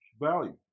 value